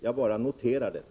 Jag vill bara notera detta.